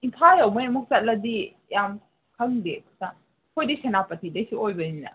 ꯏꯝꯐꯥꯜ ꯌꯧꯉꯩ ꯑꯃꯨꯛ ꯆꯠꯂꯗꯤ ꯌꯥꯝ ꯈꯪꯗꯦ ꯑꯩꯈꯣꯏꯗꯤ ꯁꯦꯅꯥꯄꯥꯇꯤꯗꯒꯤꯁꯨ ꯑꯣꯏꯕꯅꯤꯅ